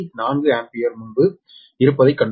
4 ampere முன்பு இருப்பதைக் கண்டோம்